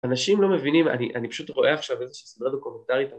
אנשים לא מבינים, אני פשוט רואה עכשיו איזושהי סדרה דוקומנטרית.